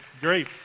Great